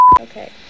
okay